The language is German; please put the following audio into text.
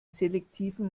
selektiven